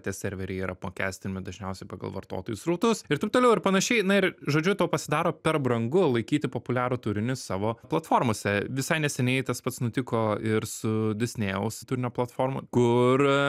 tie serveriai yra apmokestinami dažniausiai pagal vartotojų srautus ir taip toliau ir panašiai na ir žodžiu tau pasidaro per brangu laikyti populiarų turinį savo platformose visai neseniai tas pats nutiko ir su disnėjaus turinio platforma kur